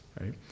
right